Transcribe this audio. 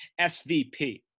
SVP